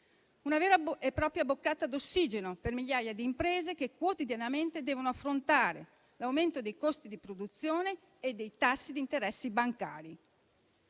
Una vera e propria boccata d'ossigeno per migliaia di imprese che quotidianamente devono affrontare l'aumento dei costi di produzione e dei tassi di interesse bancari.